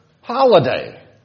holiday